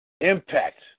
impact